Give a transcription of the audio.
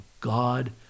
God